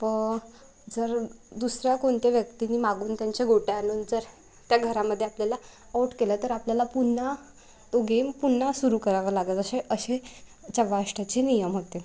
व जर दुसऱ्या कोणत्या व्यक्तीनी मागून त्यांच्या गोट्या आणून जर त्या घरामध्ये आपल्याला आऊट केलं तर आपल्याला पुन्हा तो गेम पुन्हा सुरू करावा लागत असे असे चौवाष्टाचे नियम होते